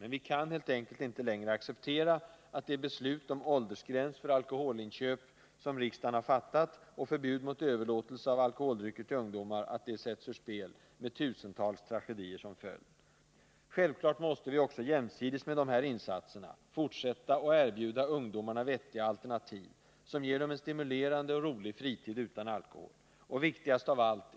Men vi kan helt enkelt inte längre acceptera att de beslut om åldersgräns för alkoholinköp och om förbud mot överlåtelse av alkoholdrycker till ungdomar som riksdagen har fattat sätts ur spel, med tusentals tragedier som följd. Nr 54 Självfallet måste vi också jämsides med de här insatserna fortsätta att Måndagen den erbjuda ungdomarna vettiga alternativ, som ger dem en stimulerande och 17 december 1979 rolig fritid utan alkohol.